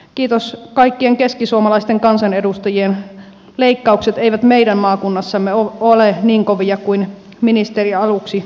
kiitos kaikkien keskisuomalaisten kansanedustajien leikkaukset eivät meidän maakunnassamme ole niin kovia kuin ministeri aluksi suunnitteli